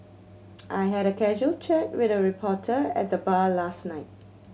I had a casual chat with a reporter at the bar last night